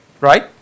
Right